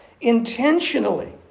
intentionally